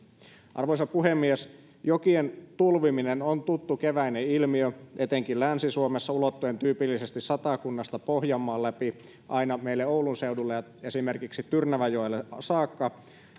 arvoisa puhemies jokien tulviminen on tuttu keväinen ilmiö etenkin länsi suomessa ulottuen tyypillisesti satakunnasta pohjanmaan läpi aina meille oulun seudulle esimerkiksi tyrnävänjoelle saakka